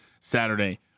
Saturday